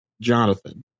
Jonathan